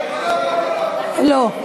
לא.